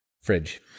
Fridge